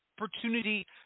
opportunity